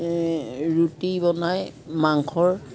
ৰুটি বনাই মাংসৰ